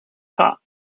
top